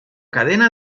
cadena